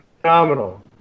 phenomenal